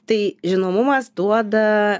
tai žinomumas duoda